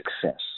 success